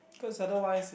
cause otherwise it